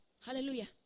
Hallelujah